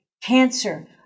cancer